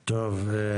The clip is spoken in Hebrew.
--- טוב.